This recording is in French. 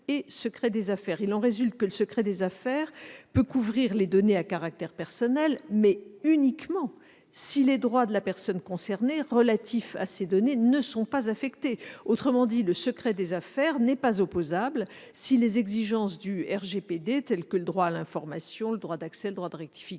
Il en résulte que le secret des affaires peut couvrir les données à caractère personnel, mais uniquement si les droits de la personne concernée relatifs à ces données ne sont pas affectés. Autrement dit, le secret des affaires n'est pas opposable si les exigences du RGPD, telles que le droit à l'information, le droit d'accès, le droit de rectification,